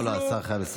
לא, לא, השר חייב לסיים.